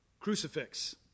crucifix